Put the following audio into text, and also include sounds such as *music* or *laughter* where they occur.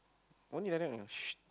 only like that know *noise*